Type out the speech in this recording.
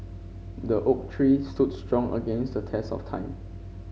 the oak tree stood strong against the test of time